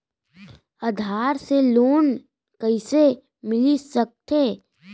आधार से लोन कइसे मिलिस सकथे?